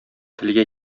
телгә